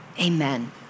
Amen